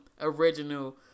original